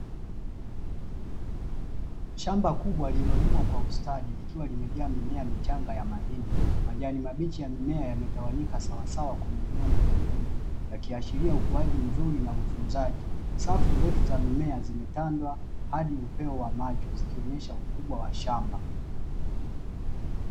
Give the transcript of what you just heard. Shamba kubwa lililolimwa kwa ustadi, likiwa limejaa mimea michanga ya mahindi, majani mabichi ya mimea yametawanyika sawasawa kwenye udongo mwekundu yakiashiria ukuaji mzuri na utunzaji, safu ndefu za mimea zimetanda hadi upeo wa macho zikionyesha ukubwa wa shamba.